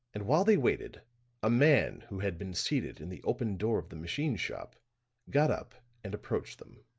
and while they waited a man who had been seated in the open door of the machine shop got up and approached them.